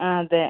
ആ അതെ